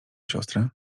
siostrę